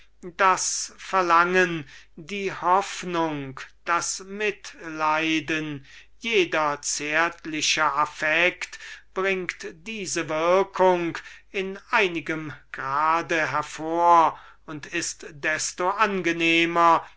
das verlangen die hoffnung das mitleiden jeder zärtliche affekt bringt diese würkung in einigem grad hervor und ist desto angenehmer